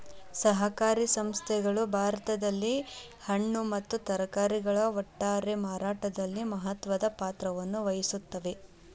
ಸಹಕಾರಿ ಸಂಸ್ಥೆಗಳು ಭಾರತದಲ್ಲಿ ಹಣ್ಣು ಮತ್ತ ತರಕಾರಿಗಳ ಒಟ್ಟಾರೆ ಮಾರಾಟದಲ್ಲಿ ಮಹತ್ವದ ಪಾತ್ರವನ್ನು ವಹಿಸುತ್ತವೆ